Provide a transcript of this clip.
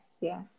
yes